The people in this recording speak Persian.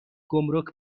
گمرک